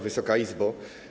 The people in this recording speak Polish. Wysoka Izbo!